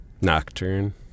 Nocturne